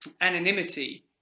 anonymity